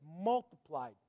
multiplied